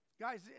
Guys